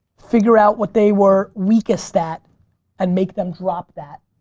figure out what they were weakest at and make them drop that.